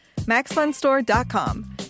Maxfunstore.com